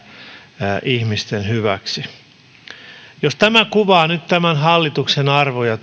aiotaan käyttää ihmisten hyväksi jos tämä talousarvio kuvaa nyt tämän hallituksen arvoja